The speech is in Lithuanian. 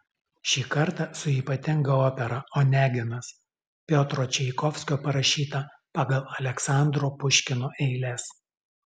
šį kartą su ypatinga opera oneginas piotro čaikovskio parašyta pagal aleksandro puškino eiles